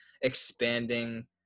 expanding